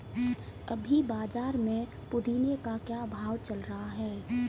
अभी बाज़ार में पुदीने का क्या भाव चल रहा है